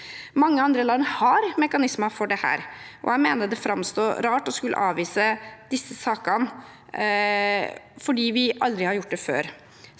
Mange andre land har mekanismer for dette, og jeg mener det framstår rart å skulle avvise disse sakene fordi vi aldri har gjort det før.